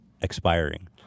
expiring